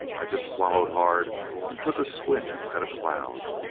i just swallowed hard and took a squint at a cloud.